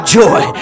joy